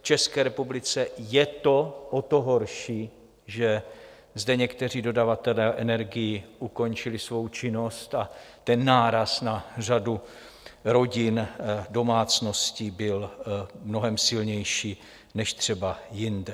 V České republice je to o to horší, že zde někteří dodavatelé energií ukončili svou činnost a ten náraz na řadu rodin, domácností byl mnohem silnější než třeba jinde.